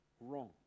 wrong